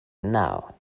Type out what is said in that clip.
now